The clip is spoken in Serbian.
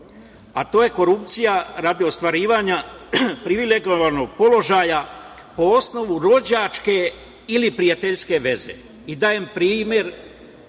a to je korupcija radi ostvarivanja privilegovanog položaja po osnovu rođačke ili prijateljske veze. Dajem primer